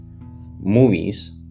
movies